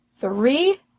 Three